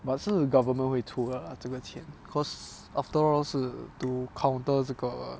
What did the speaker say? but 是 government 会出 lah 这个钱 because after all 是 to counter 这个